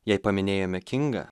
jei paminėjome kingą